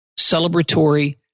celebratory